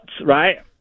right